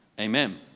Amen